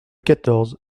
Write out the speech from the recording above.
quatorze